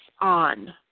on